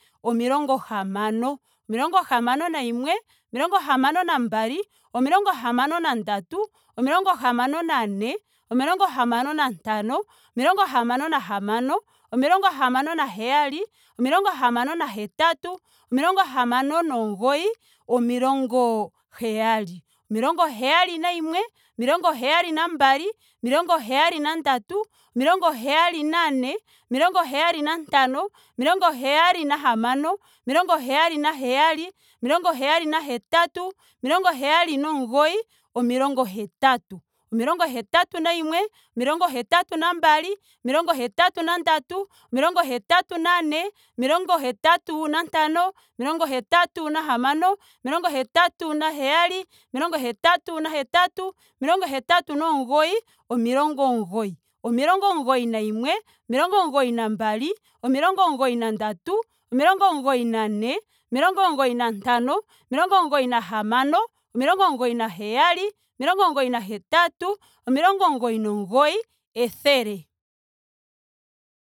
Omilongo hamano. omilongo hamano nayimwe. omilongo hamano nambali. omilongo hamano nandatu. omilongo hamano nane. omilongo hamano nantano. omilongo hamano na hamano. omilongo hamano naheyali. omilongo hamano. na hetatu. omilongo hamano nomugoyi. omilongo heyali. omilongo heyali nayimwe. omilongo heyali nambali. omilongo heyali na ndatu. omilongo heyali na ne. omilongo heyali na ntano. omilongo heyali na hamano. omilongo heyali na heyali. omilongo heyali na hetatu. omilongo heyali nomugoyi. omilongo hetatu. omilongo hetatu nayimwe. omilongo hetatu nambali. omilongo hetatu na ndatu. omilongo hetatu nane. omilongo hetatu na ntano. omilongo hetatu na hamano. omilongo hetatu na heyalli. omilongo hetatu na hetatu. omilongo hetatu nomugoyi. omilongo omugoyi. omilongo omugoyi nayimwe. omilongo omugoyi na mbali. omilongo omugoyi na ndatu. omilongo omugoyi nane. omilongo omugoyi na ntano. omilongo omugoyi na hamano. omilongo omugoni na heyali. omilongo omugoyi n hetatu. omilongo omugoyi nomugoyi. ethele.